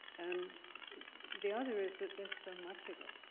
and the other is that there's so much of it.